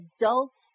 adults